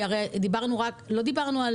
הרי לא דיברנו על